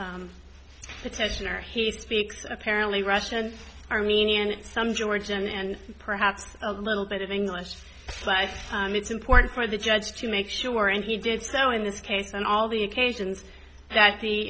petitioner he speaks apparently russian armenian some georgian and perhaps a little bit of english but it's important for the judge to make sure and he did so in this case and all the occasions that the